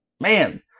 man